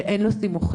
שאין לו סימוכין,